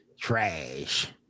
Trash